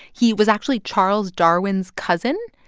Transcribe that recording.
he was actually charles darwin's cousin.